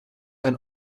ein